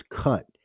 cut